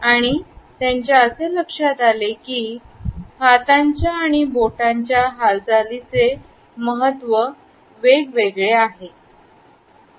आणि त्याच्या असे लक्षात आले की हातांच्या आणि बोटांच्या हालचालीचे हे महत्त्व वेगवेगळेआहे